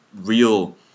real